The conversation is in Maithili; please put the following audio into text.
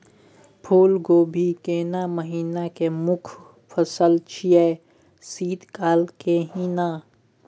फुल कोबी केना महिना के मुखय फसल छियै शीत काल के ही न?